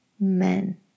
men